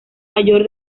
mayor